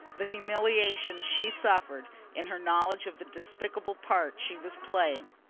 the humiliation she suffered in her knowledge of the despicable part she was playing.